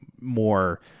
more